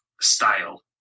style